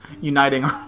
uniting